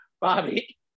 Bobby